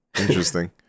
Interesting